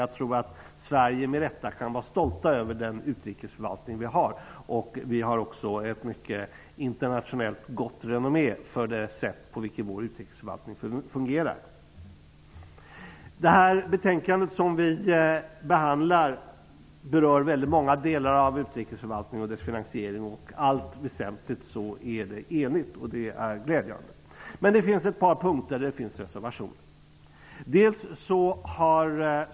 Jag tror att vi i Sverige med rätta kan vara stolta över den utrikesförvaltning vi har. Sverige har gott renommé internationellt sett för det sätt utrikesförvaltningen fungerar. Det betänkande vi nu behandlar berör många delar av finansieringen av utrikesförvaltningen. I allt väsentligt är utskottet enigt, och det är glädjande. Men det finns ett par punkter där det finns reservationer.